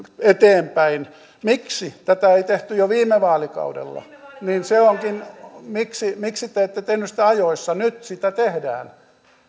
eteenpäin miksi tätä ei tehty jo viime vaalikaudella miksi miksi te ette tehneet sitä ajoissa nyt sitä tehdään